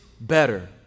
better